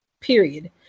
period